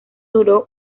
duró